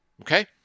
okay